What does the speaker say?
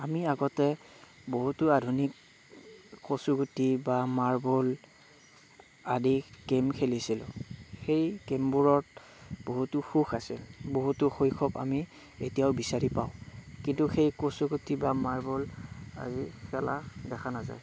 আমি আগতে বহুতো আধুনিক কচুগুটি বা মাৰ্বল আদি গেম খেলিছিলোঁ সেই গেমবোৰত বহুতো সুখ আছিল বহুতো শৈশৱ আমি এতিয়াও বিচাৰি পাওঁ কিন্তু সেই কচুগুটি বা মাৰ্বল আজি খেলা দেখা নাযায়